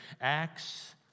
Acts